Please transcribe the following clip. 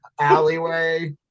alleyway